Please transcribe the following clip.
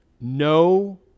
no